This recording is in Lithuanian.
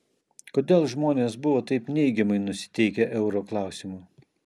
kodėl žmonės buvo taip neigiamai nusiteikę euro klausimu